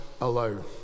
alone